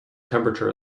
temperature